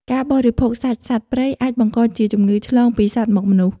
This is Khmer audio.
ការបរិភោគសាច់សត្វព្រៃអាចបង្កជាជំងឺឆ្លងពីសត្វមកមនុស្ស។